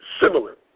similar